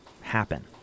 happen